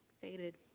faded